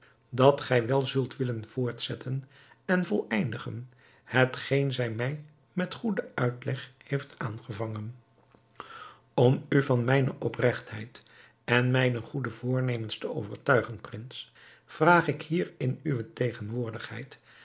dat gij wel zult willen voortzetten en voleindigen hetgeen zij mij met goeden uitleg heeft aangevangen om u van mijne opregtheid en mijne goede voornemens te overtuigen prins vraag ik hier in uwe tegenwoordigheid